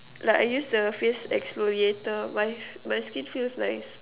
like I use the face exfoliater my my skin feels nice